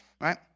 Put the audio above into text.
Right